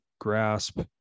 grasp